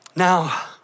Now